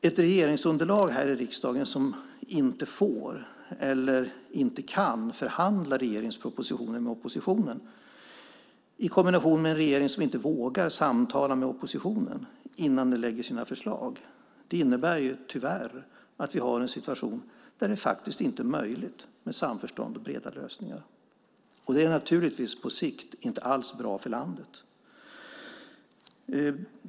Ett regeringsunderlag här i riksdagen som inte får eller inte kan förhandla om regeringens propositioner med oppositionen i kombination med en regering som inte vågar samtala med oppositionen innan de lägger fram sina förslag innebär tyvärr att vi har en situation där det faktiskt inte är möjligt med samförstånd och breda lösningar. Och det är naturligtvis på sikt inte alls bra för landet.